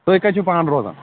تُہۍ کَتہِ چھُو پانہٕ روزان